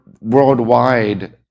worldwide